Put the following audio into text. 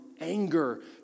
anger